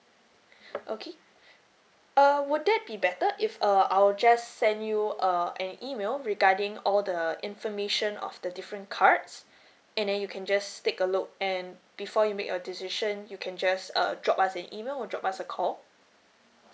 okay uh would that be better if uh I will just send you err an email regarding all the information of the different cards and then you can just take a look and before you make a decision you can just uh drop us an email or drop us a call